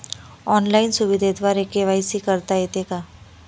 Online सुविधेद्वारे KYC करता येते का?